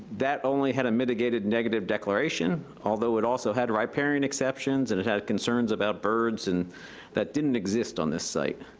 that only had a mitigated negative declaration, although it also had ride-pairing exceptions and it had concerns about birds and that didn't exist on this site,